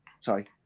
Sorry